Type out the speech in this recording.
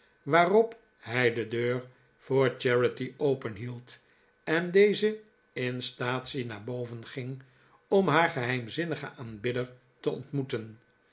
waarbp hij de deur voor charity openhield en deze in staatsie naar boven ging om haar geheimzinnigen aanbidder te ontmoeten